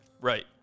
Right